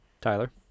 Tyler